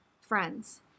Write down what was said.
friends